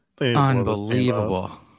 unbelievable